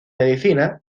medicina